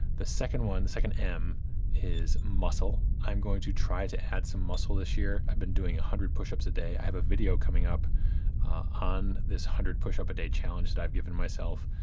the second one, the second m is muscle. i'm going to try to add some muscle this year. i've been doing a hundred push-ups a day. i have a video coming up on this hundred push-up a day challenge that i've given myself,